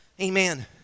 Amen